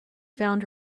found